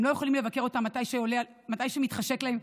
הם לא יכולים לבקר אותם מתי שמתחשק להם,